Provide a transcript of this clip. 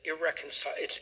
irreconcilable